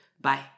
Bye